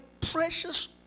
precious